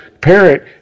parent